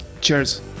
Cheers